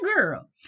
girl